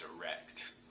direct